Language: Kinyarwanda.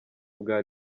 bwa